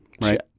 right